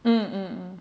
mm mm